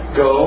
go